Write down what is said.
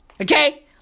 Okay